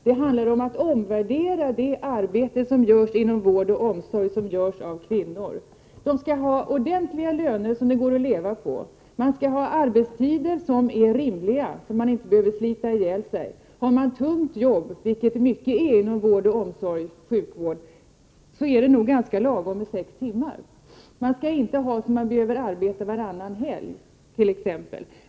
Det handlar om att omvärdera det arbete som görs inom vård och omsorg och som utförs av kvinnor. De skall ha ordentliga löner, som det går att leva på. Man skall ha arbetstider som är rimliga, så att man inte behöver slita ihjäl sig. Har man tungt jobb, vilket det i stor utsträckning är inom vård och omsorg, så är det nog lagom med sex timmars arbetsdag. Man skall inte ha det så ordnat att man behöver arbeta varannan helg.